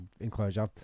enclosure